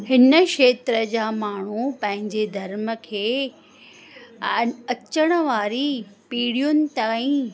हिन खेत्र जा माण्हू पंहिंजे धर्म खे आ अचनि वारी पीढ़ियुनि ताईं